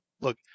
look